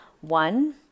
One